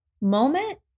moment